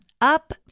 Up